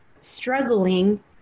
struggling